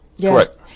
Correct